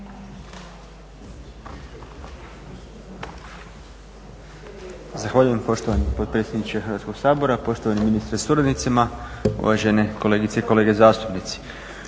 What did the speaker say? Zahvaljujem poštovani potpredsjedniče Hrvatskog sabora, poštovani ministre sa suradnicima, uvažene kolegice i kolege zastupnici.